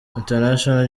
international